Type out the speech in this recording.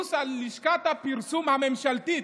בגיוס של לשכת הפרסום הממשלתית,